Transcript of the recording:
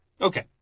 okay